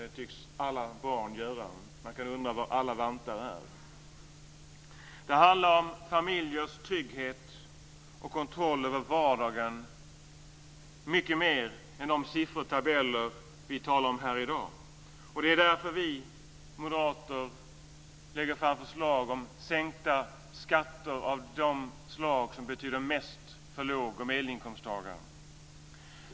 Det tycks alla barn göra. Man kan undra var alla vantar är. Det handlar om familjers trygghet och kontroll över vardagen mycket mer än om de siffertabeller vi talar om här i dag. Det är därför vi moderater lägger fram förslag om sänkta skatter av de slag som betyder mest för låg och medelinkomsttagare.